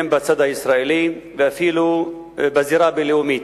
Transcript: הן בצד הישראלי, ואפילו בזירה הבין-לאומית,